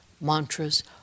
mantras